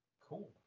Cool